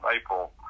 April